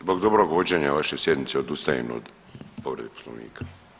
Zbog dobrog vođenja vaše sjednice odustajem od povrede Poslovnika.